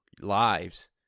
lives